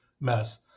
mess